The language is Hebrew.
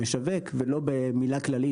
המשווק ולא במילה כללית,